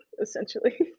essentially